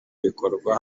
bikorwa